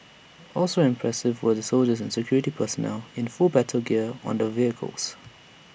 also impressive were the soldiers and security personnel in full battle gear on the vehicles